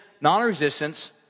Non-resistance